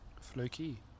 Floki